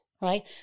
Right